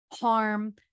harm